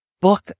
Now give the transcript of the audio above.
book